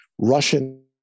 Russian